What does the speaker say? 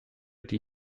die